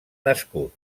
nascut